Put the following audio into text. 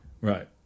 Right